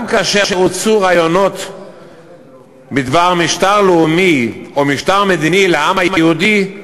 גם כאשר הוצעו רעיונות בדבר משטר לאומי או משטר מדיני לעם היהודי,